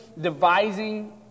devising